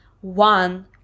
one